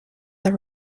that